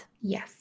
Yes